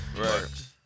Right